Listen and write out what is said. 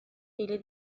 ele